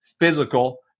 physical